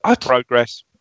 Progress